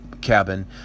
cabin